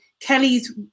Kelly's